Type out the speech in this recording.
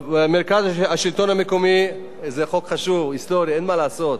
זה חוק חשוב, היסטורי, אין מה לעשות,